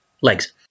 legs